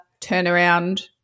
turnaround